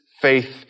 faith